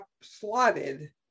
slotted